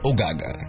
Ogaga